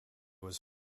was